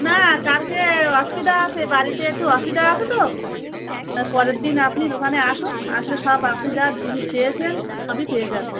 না কালকে অসুবিধা আছে বাড়িতে একটু অসুবিধা আছে তো পরের দিন আপনি দোকানে আসুন আসলে সব আপনি জিনিস চেয়েছেন সবই পেয়ে যাবে